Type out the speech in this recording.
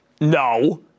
no